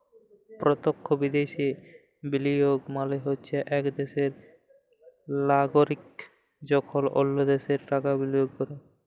পরতখ্য বিদ্যাশে বিলিয়গ মালে হছে ইক দ্যাশের লাগরিক যখল অল্য দ্যাশে টাকা বিলিয়গ ক্যরে